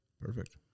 Perfect